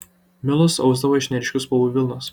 milus ausdavo iš neryškių spalvų vilnos